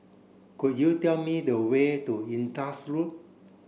could you tell me the way to Indus Road